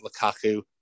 Lukaku